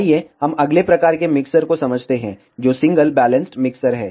आइए हम अगले प्रकार के मिक्सर को समझते हैं जो सिंगल बैलेंस्ड मिक्सर है